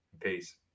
Peace